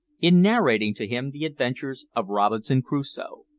in narrating to him the adventures of robinson crusoe.